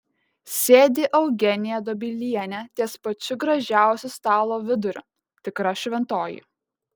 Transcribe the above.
sėdi eugenija dobilienė ties pačiu gražaus stalo viduriu tikra šventoji